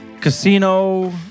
Casino